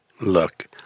Look